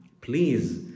Please